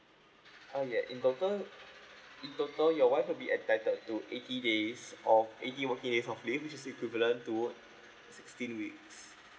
ah ya in total in total your wife will be entitled to eighty days or eighty working days of leave which is equivalent to sixteen weeks